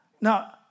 Now